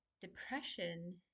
depression